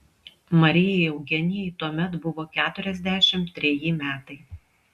marijai eugenijai tuomet buvo keturiasdešimt treji metai